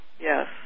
Yes